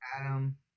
Adam